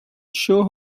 show